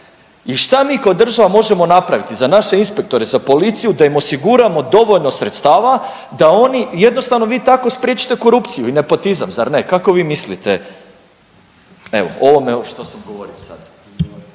I šta mi kao država možemo napraviti, za naše inspektore, za policiju da im osiguramo dovoljno sredstava da oni jednostavno vi tako spriječite korupciju i nepotizam, zar ne. Kako vi mislite, evo o ovome što sam govorio sad?